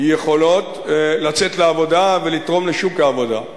יכולות לצאת לעבודה ולתרום לשוק העבודה.